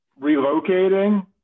relocating